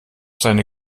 seine